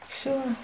sure